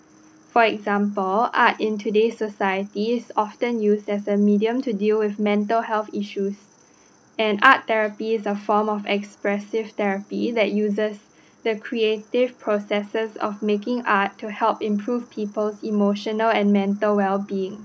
for example art in today's society is often used as a medium to deal with mental health issues and art therapy is a form of expressive therapy that uses the creative processes of making art to help improve people's emotional and mental well being